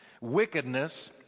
Wickedness